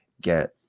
get